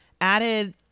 added